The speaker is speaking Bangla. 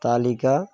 তালিকা